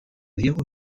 yellow